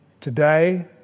today